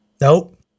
Nope